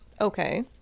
Okay